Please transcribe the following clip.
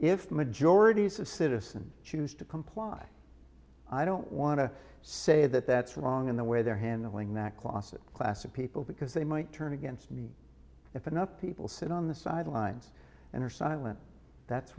if majorities of citizen choose to comply i don't want to say that that's wrong in the way they're handling that closet class of people because they might turn against me if enough people sit on the sidelines and are silent that's